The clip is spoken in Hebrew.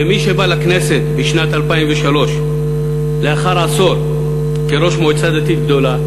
כמי שבא לכנסת בשנת 2003 לאחר עשור כראש מועצה דתית גדולה,